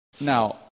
Now